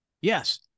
Yes